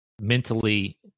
mentally